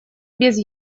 без